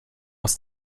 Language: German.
aus